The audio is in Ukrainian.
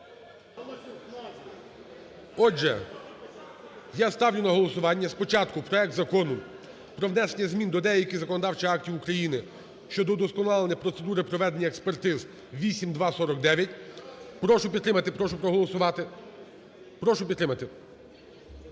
Отже, я ставлю на голосування спочатку проект Закону про внесення змін до деяких законодавчих актів України щодо удосконалення процедури проведення експертиз (8249). Прошу підтримати, прошу проголосувати. Прошу підтримати.